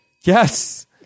Yes